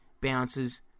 bounces